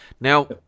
Now